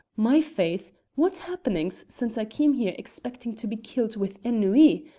my faith! what happenings since i came here expecting to be killed with ennui!